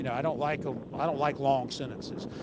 you know i don't like um i don't like long sentences.